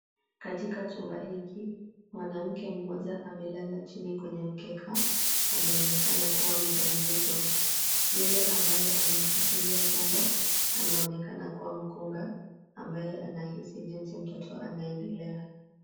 Katika chumba hiki mwanamke mmoja amelala chini kwenye mkeka na anaonekana kuwa mjamzito. Yule ambaye amemshikilia tumbo anaonekana kuwa mkunga ambaye anahisi jinsi mtoto anaendelea.